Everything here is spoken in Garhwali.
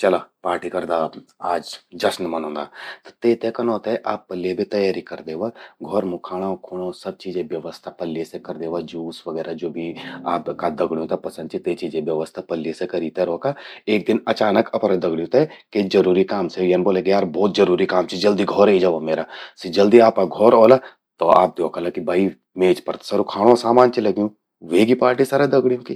चला पार्टी करदा अब, आज जश्न मनौंदा। त तेते कनौ ते आप पल्ये बे तैयारी कर द्यवा। घौर मूं खाणों-खूणों सब चीजे व्यवस्था पल्ये से कर द्यावा, जूस वगैरह जो भी आपका दगड़यों ते पसंद चि, ते चीजे व्यवस्था पलि से करि ते रौखा। एक दिन अचानक अपणा दगण्यों ते के जरुरि काम से यन ब्वोला भौत जरूरि काम चि जल्दी घौर ए जावा म्येरा। सि जल्दी आपा घौर औला, तौ आप द्योखला कि भई मेज पर त सरु खाणों सामान चि लग्यूं। ह्वेगि पार्टी सरा दगड़्यों कि।